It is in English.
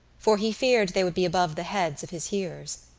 for he feared they would be above the heads of his hearers.